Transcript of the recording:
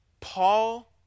Paul